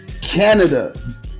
Canada